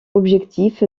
objectif